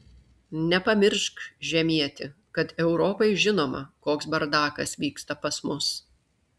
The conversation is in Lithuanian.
nepamiršk žemieti kad europai žinoma koks bardakas vyksta pas mus